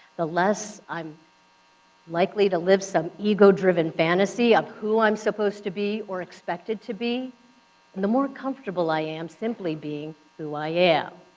the less i'm likely to live some ego-driven fantasy of who i'm supposed to be or expected to be and the more comfortable i am simply being who i am.